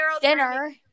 Dinner